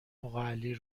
اقاعلی